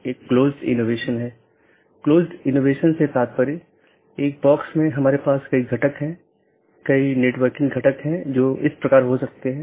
और एक autonomous system एक ही संगठन या अन्य सार्वजनिक या निजी संगठन द्वारा प्रबंधित अन्य ऑटॉनमस सिस्टम से भी कनेक्ट कर सकती है